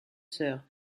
sœur